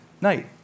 night